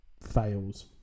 fails